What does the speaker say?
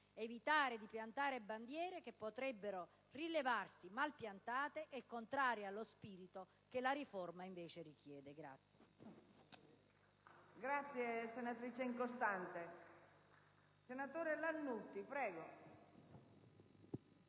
evitando di piantare bandiere che potrebbero rilevarsi malpiantate e contrarie allo spirito che la riforma invece richiede.